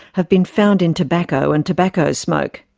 have been found in tobacco and tobacco smoke.